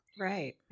Right